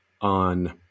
on